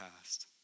past